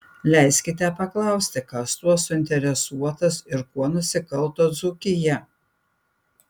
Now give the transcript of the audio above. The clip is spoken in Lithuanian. leiskite paklausti kas tuo suinteresuotas ir kuo nusikalto dzūkija